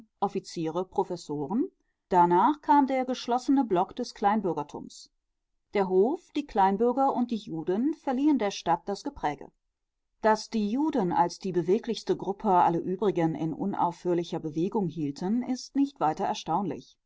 offiziere professoren danach kam der geschlossene block des kleinbürgertums der hof die kleinbürger und die juden verliehen der stadt das gepräge daß die juden als die beweglichste gruppe alle übrigen in unaufhörlicher bewegung hielten ist nicht weiter